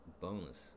bonus